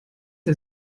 der